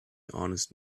honest